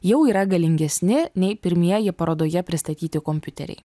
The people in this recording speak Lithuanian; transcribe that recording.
jau yra galingesni nei pirmieji parodoje pristatyti kompiuteriai